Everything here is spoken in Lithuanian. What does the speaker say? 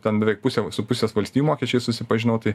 ten beveik pusė su pusės valstijų mokesčiais susipažinau tai